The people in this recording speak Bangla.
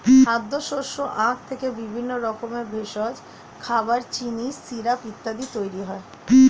খাদ্যশস্য আখ থেকে বিভিন্ন রকমের ভেষজ, খাবার, চিনি, সিরাপ ইত্যাদি তৈরি হয়